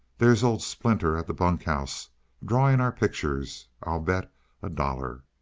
there's old splinter at the bunk house drawing our pictures, i'll bet a dollar.